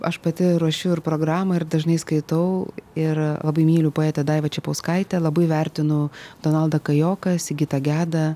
aš pati ruošiu ir programą ir dažnai skaitau ir labai myliu poetę daivą čepauskaitę labai vertinu donaldą kajoką sigitą gedą